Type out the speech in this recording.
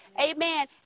Amen